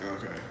Okay